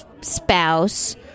spouse